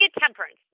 temperance